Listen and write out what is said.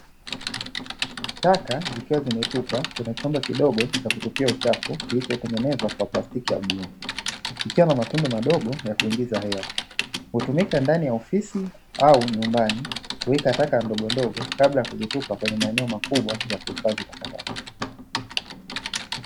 Taka zikiwa zimetupwa kwenye chombo kidogo cha kutupia uchafu, kilichotengenezwa kwa plastiki ya bluu, kikiwa na matundu madogo ya kuingiza hewa, hutumika ndani ya ofisi au nyumbani kuweka taka ndogondogo kabla ya kutupa kwenye maeneo makubwa ya kuhifadhi takataka.